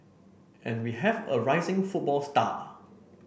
and we have a rising football star